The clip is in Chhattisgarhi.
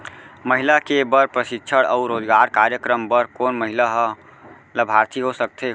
महिला के बर प्रशिक्षण अऊ रोजगार कार्यक्रम बर कोन महिला ह लाभार्थी हो सकथे?